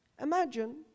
Imagine